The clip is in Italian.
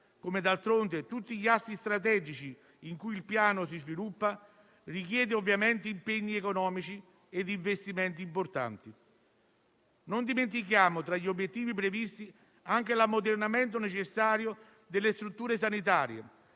come d'altronde a tutti gli assi strategici in cui il Piano si sviluppa, richiede ovviamente impegni economici e investimenti importanti. Non dimentichiamo, tra gli obiettivi previsti, anche l'ammodernamento necessario delle strutture sanitarie,